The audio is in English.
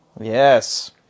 yes